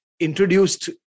introduced